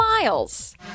miles